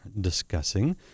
discussing